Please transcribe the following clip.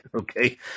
Okay